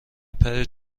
پرد